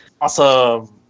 awesome